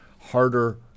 harder